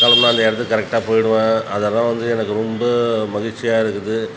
கிளம்புனா அந்த இடத்துக்கு கரெக்டாக போய்டுவேன் அதெல்லாம் வந்து எனக்கு ரொம்ப மகிழ்ச்சியா இருக்குது